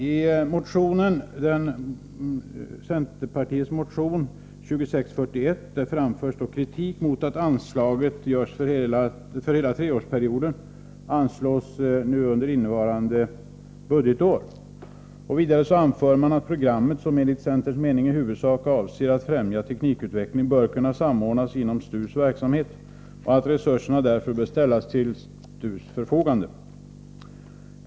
I motion 1983/84:2641 från centerpartiet framförs kritik bl.a. mot att anslaget för hela treårsperioden anslås i sin helhet under innevarande budgetår. Vidare anför man att programmet, som enligt centerns mening i huvudsak avser att främja teknikutveckling, bör kunna samordnas inom STU:s verksamhet och att resurserna därför bör ställas till STU:s förfogande.